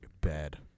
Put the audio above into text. bad